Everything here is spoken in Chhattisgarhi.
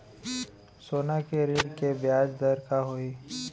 सोना के ऋण के ब्याज दर का होही?